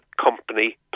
company